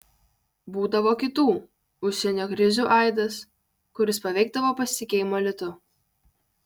būdavo kitų užsienio krizių aidas kuris paveikdavo pasitikėjimą litu